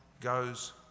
goes